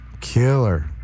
killer